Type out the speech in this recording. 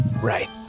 Right